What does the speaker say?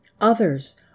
Others